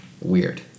weird